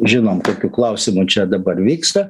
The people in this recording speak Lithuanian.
žinom kokių klausimų čia dabar vyksta